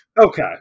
okay